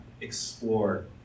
explore